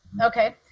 Okay